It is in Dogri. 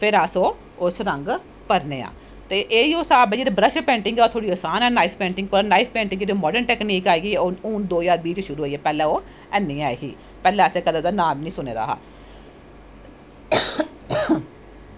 फिर एस ओह् उस च रंग भरनें आं ते एह्यो हिसाब ऐ जेह्ड़ी बर्श पेंटिंग आसान ऐ नाईफ पेंटिंग कोला दा नाईफ पेंटिंग ते माडर्न टैकनीक आई गेई हून दो ज्हार बीह् च शुरु होई ऐ पैह्लैं ओह् ऐनी ऐही पैह्लैं कदैं असैं ओह्दा नांऽ बी नी कुनें दा हा